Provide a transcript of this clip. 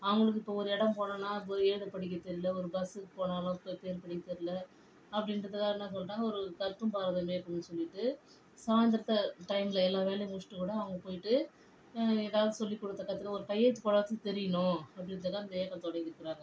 அவங்களுக்கு இப்போ ஒரு இடம் போனோம்னா இப்போது எழுத படிக்க தெரில ஒரு பஸ்ஸுக்கு போனாலோ இப்போ பெயர் படிக்க தெரில அப்படின்றதுக்காக என்ன சொல்லிட்டாங்க ஒரு கற்கும் பாரதம் இயக்கம்னு சொல்லிட்டு சாய்ந்தரத்தில் டைமில் எல்லா வேலையும் முடிச்சுட்டு கூடம் அவங்க போயிட்டு எதாவது சொல்லி கொடுக்கறத கத்துக்க ஒரு கையெழுத்து போடவாச்சும் தெரியணும் அப்படின்றதுக்காக இந்த இயக்கம் தொடங்கிருக்கிறாங்க